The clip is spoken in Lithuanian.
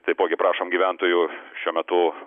taipogi prašom gyventojų šiuo metu